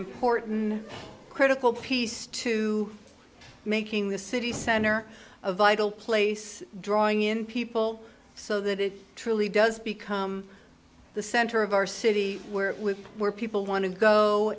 important critical piece to making this city center a vital place drawing in people so that it truly does become the center of our city where more people want to go